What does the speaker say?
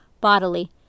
bodily